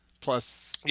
plus